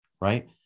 Right